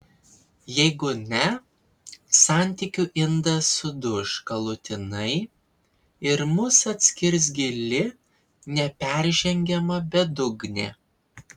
jeigu ne santykių indas suduš galutinai ir mus atskirs gili neperžengiama bedugnė